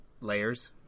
layers